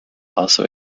also